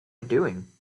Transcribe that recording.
doing